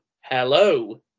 Hello